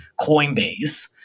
Coinbase